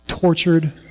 tortured